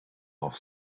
off